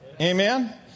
Amen